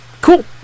Cool